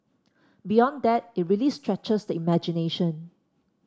beyond that it really stretches the imagination